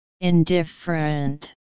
Indifferent